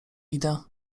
idę